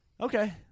Okay